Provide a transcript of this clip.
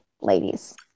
ladies